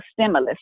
stimulus